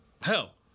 hell